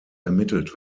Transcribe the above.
ermittelt